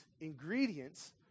ingredients